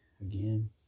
Again